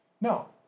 No